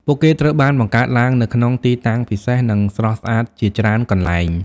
ពួកគេត្រូវបានបង្កើតឡើងនៅក្នុង ទីតាំងពិសេស និងស្រស់ស្អាតជាច្រើនកន្លែង។